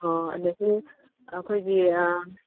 ꯑꯣ ꯑꯗꯒꯤ ꯑꯩꯈꯣꯏꯒꯤ